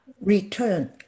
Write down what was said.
return